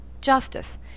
Justice